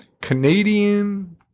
Canadian